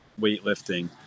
weightlifting